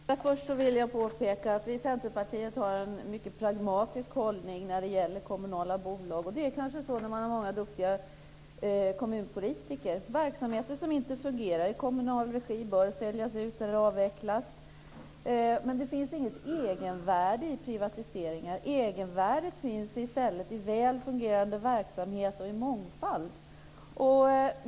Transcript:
Herr talman! Allra först vill jag påpeka att vi i Centerpartiet har en mycket pragmatisk hållning när det gäller kommunala bolag. Det kanske är så när man har många duktiga kommunpolitiker. Verksamheter som inte fungerar i kommunal regi bör säljas ut eller avvecklas. Men det finns inget egenvärde i privatiseringar. Egenvärdet finns i stället i väl fungerande verksamhet och i mångfald.